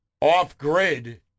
off-grid